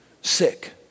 sick